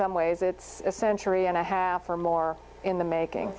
some ways it's a century and a half or more in the making